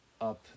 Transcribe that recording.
up